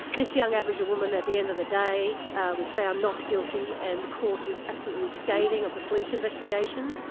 this young aboriginal woman at the end of the day was found not guilty and the court was absolutely scathing of the police investigation.